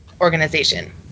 organization